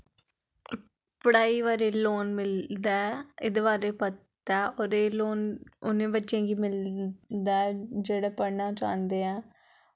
पढ़ाई बारे लोन मिलदा ऐ एह्दे बारे पता ऐ होर एह् नें बच्चें गी मिलदा ऐ जेह्ड़े पढ़ना चाह्ंदे ऐं